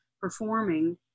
performing